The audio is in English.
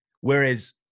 whereas